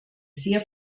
sehr